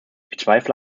bezweifle